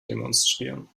demonstrieren